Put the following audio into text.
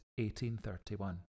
1831